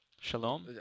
Shalom